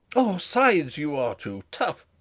o sides, you are too tough!